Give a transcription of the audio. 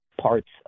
parts